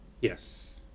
Yes